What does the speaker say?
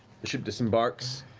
the ship disembarks,